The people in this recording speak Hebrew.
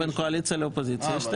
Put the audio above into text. בין הקואליציה לאופוזיציה יש תיקו.